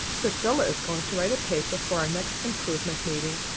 priscilla is going to write a paper for our next improvement meeting,